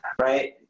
right